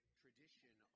tradition